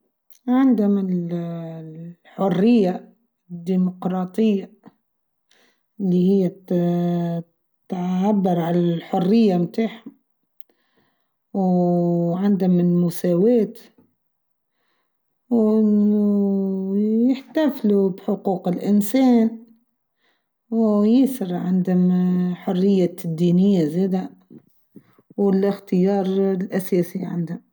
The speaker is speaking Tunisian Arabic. عندهم الحرية ، الديموقراطية ، إلي هى تعبر عالحريه تاعهم و عندهم المساواة و يحتفلو بحقوق الإنسان و ياسر عند الحرية الدينية زايده و الإختيار الأساسي عنده.